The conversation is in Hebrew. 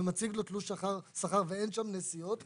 ומציג לו תלוש שכר ואין שם נסיעות,